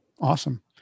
Awesome